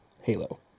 Halo